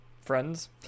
friends